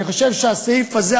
אני חושב שהסעיף הזה,